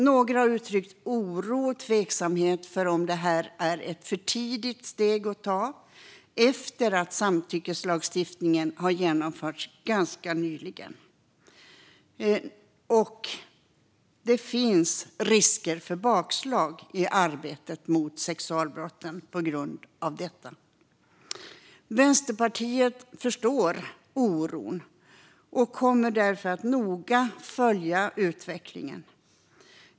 Några har uttryckt oro och tveksamhet till att det här är ett alltför tidigt steg att ta efter att samtyckeslagstiftningen ganska nyligen har genomförts. Det finns risker för bakslag i arbetet mot sexualbrotten på grund av detta. Vänsterpartiet förstår oron och kommer därför att noga följa utvecklingen.